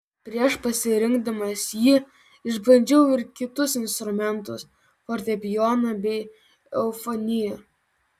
prieš pasirinkdamas jį išbandžiau ir kitus instrumentus fortepijoną bei eufoniją